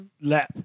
lap